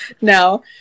No